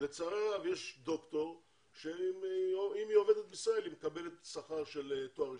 לצערי הרב יש דוקטור שאם היא עובדת בישראל היא מקבלת שכר של תואר ראשון,